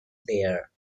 there